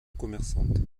commerçante